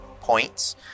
points